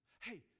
Hey